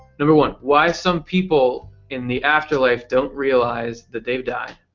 number one. why some people in the afterlife don't realize that they've died.